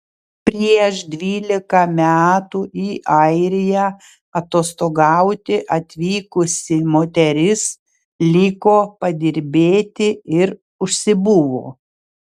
prieš dvylika metų į airiją atostogauti atvykusi moteris liko padirbėti ir užsibuvo